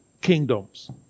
kingdoms